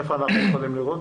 תסתכלו,